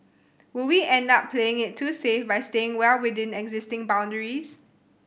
will we end up playing it too safe by staying well within existing boundaries